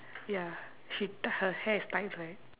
ya she her hair is tied right